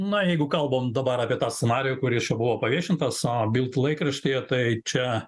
na jeigu kalbam dabar apie tą smarvę kuris čia buvo paviešintas a bilt laikraštyje tai čia